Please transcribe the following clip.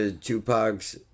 Tupac's